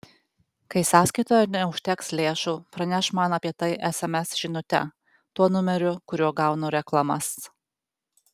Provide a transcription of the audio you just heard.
kai sąskaitoje neužteks lėšų praneš man apie tai sms žinute tuo numeriu kuriuo gaunu reklamas